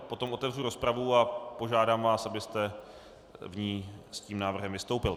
Potom otevřu rozpravu a požádám vás, abyste v ní s tím návrhem vystoupil.